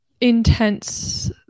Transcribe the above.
intense